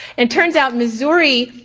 it turns out missouri,